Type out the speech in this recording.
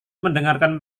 mendengarkan